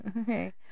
okay